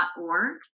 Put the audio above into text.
org